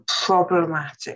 problematic